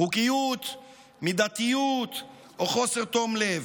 חוקיות, מידתיות או חוסר תום לב.